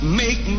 make